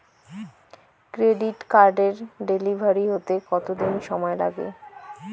Credit কার্ডের delivery হতে কতদিন সময় লাগে?